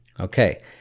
Okay